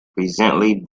presently